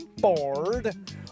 bored